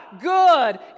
good